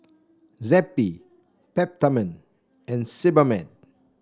Zappy Peptamen and Sebamed